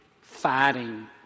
fighting